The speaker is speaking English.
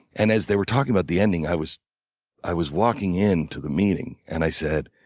and as they were talking about the ending, i was i was walking into the meeting and i said,